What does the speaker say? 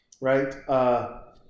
right